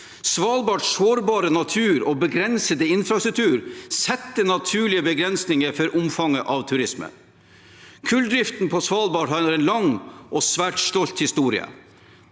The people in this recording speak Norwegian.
Svalbards sårbare natur og begrensede infrastruktur setter naturlige begrensninger for omfanget av turismen. Kulldriften på Svalbard har en lang og svært stolt historie,